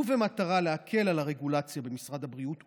ובמטרה להקל על הרגולציה במשרד הבריאות,